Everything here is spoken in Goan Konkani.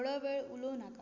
थोडो वेळ उलोव नाका